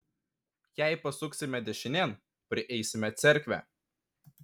jei pasuksime dešinėn prieisime cerkvę